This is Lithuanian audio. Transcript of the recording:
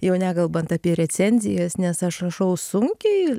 jau nekalbant apie recenzijas nes aš rašau sunkiai